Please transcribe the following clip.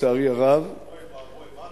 לצערי הרב אוי ואבוי.